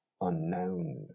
unknown